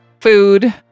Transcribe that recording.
Food